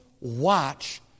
watch